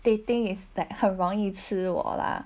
they think is that 很容易吃我啦